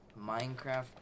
Minecraft